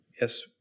Yes